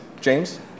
James